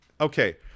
Okay